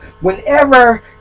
whenever